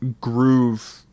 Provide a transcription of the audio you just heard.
groove